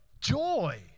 joy